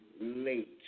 late